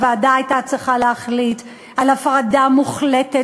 הוועדה הייתה צריכה להחליט על הפרדה מוחלטת